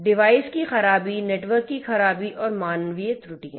device की खराबी network की खराबी और मानवीय त्रुटियां